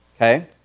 Okay